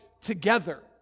together